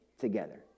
together